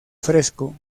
fresco